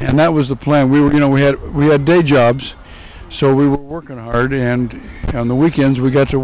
and that was the plan we were you know we had we had day jobs so we were working hard and on the weekends we got to